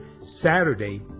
Saturday